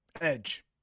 Edge